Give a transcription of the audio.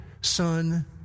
son